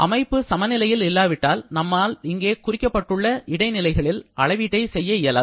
அமைப்பு சமநிலையில் இல்லாவிட்டால் நம்மால் இங்கே குறிப்பிடப்பட்டுள்ள இடைநிலைகளில் அளவீட்டை செய்ய இயலாது